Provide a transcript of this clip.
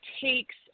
takes